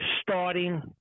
starting